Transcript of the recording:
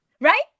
right